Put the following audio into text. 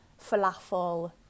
falafel